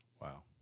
Wow